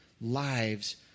lives